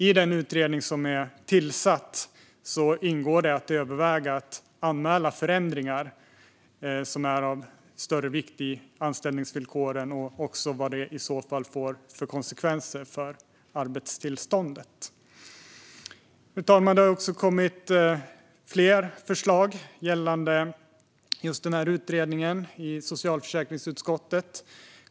I den utredning som är tillsatt ingår det att överväga att anmäla förändringar som är av större vikt i anställningsvillkoren och vad de i så fall får för konsekvenser för arbetstillståndet. Fru talman! Det har kommit fler förslag i socialförsäkringsutskottet gällande denna utredning.